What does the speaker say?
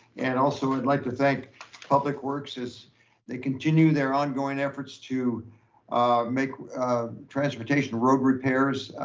and also i'd like to thank public works as they continue their ongoing efforts to make transportation road repairs.